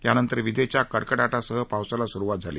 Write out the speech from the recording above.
यानंतर विजेच्या कडकडटासह पावसाला सुरवात झाली